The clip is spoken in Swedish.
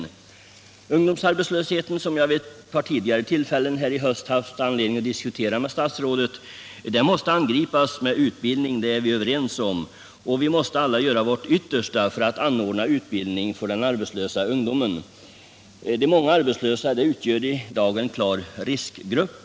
Vi är också överens om att ungdomsarbetslösheten, som jag vid ett par tidigare tillfällen under hösten haft anledning att diskutera med statsrådet, måste angripas med utbildning. Vi måste alla göra vårt yttersta för att anordna utbildning för de berörda ungdomarna. De många arbetslösa utgör i dag en klar riskgrupp.